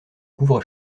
couvre